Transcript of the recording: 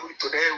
today